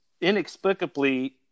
inexplicably